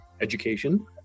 education